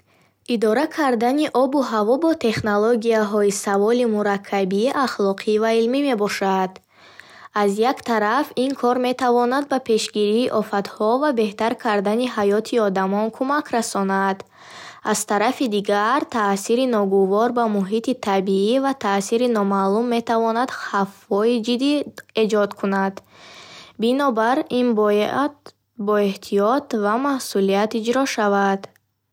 Идора кардани обу ҳаво бо технологияҳо саволи мураккаби ахлоқӣ ва илмӣ мебошад. Аз як тараф, ин кор метавонад ба пешгирии офатҳо ва беҳтар кардани ҳаёти одамон кӯмак расонад. Аз тарафи дигар, таъсири ногувор ба муҳити табиӣ ва таъсири номаълум метавонад хавфҳои ҷиддӣ эҷод кунад, бинобар ин бояд бо эҳтиёт ва масъулият иҷро шавад.